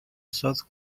south